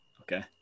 Okay